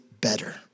better